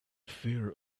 fear